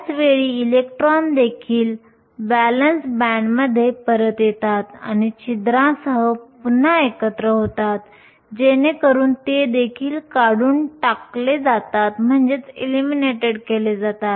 त्याच वेळी इलेक्ट्रॉन देखील व्हॅलेन्स बँडमध्ये परत येतात आणि छिद्रांसह पुन्हा एकत्र होतात जेणेकरून ते देखील काढून टाकले जातात